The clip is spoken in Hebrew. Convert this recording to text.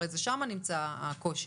הרי שם נמצא הקושי.